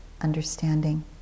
understanding